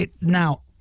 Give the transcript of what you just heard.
now